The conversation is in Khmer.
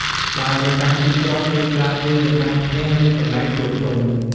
បើនៅតាមទីក្រុង គេច្រើនលេងនៅតាមផ្ទះ ឬកន្លែងជួបជុំ។